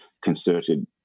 concerted